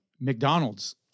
McDonald's